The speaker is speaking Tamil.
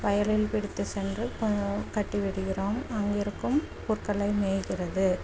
வயலில் பிடித்து சென்று கட்டிவிடுகிறோம் அங்கு இருக்கும் புற்களை மேய்கிறது